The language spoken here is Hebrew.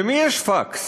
למי יש פקס?